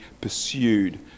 pursued